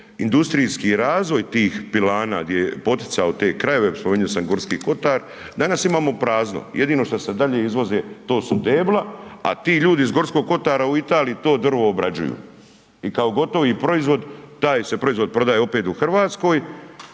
industrijski razvoj tih pilana gdje je poticao te krajeve, spomenuo sa G. kotar, danas imamo prazno. Jedino što se dalje izvoze to su debla a ti ljudi iz Gorskog kotara u Italiji to drvo obrađuju i kao gotovi proizvod taj se proizvod prodaje opet u RH i to